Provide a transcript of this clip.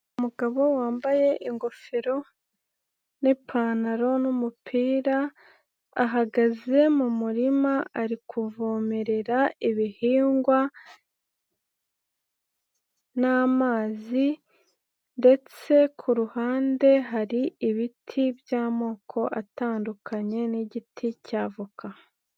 Umugabo wambaye ingofero n'ipantaro n'umupira, ahagaze mu murima ari kuvomerera ibihingwa, n'amazi ndetse ku ruhande hari ibiti by'amoko atandukanye n'igiti cya voka.